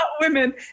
women